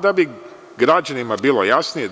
Da bi građanima bilo jasnije,